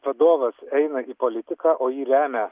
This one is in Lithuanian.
vadovas eina į politiką o jį remia